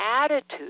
attitude